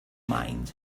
mind